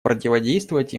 противодействовать